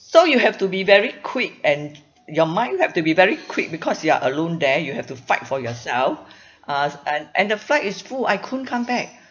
so you have to be very quick and your mind have to be very quick because you are alone there you have to fight for yourself uh and and the flight is full I couldn't come back